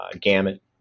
gamut